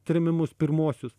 trėmimus pirmuosius